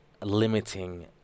limiting